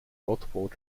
multiple